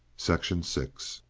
section six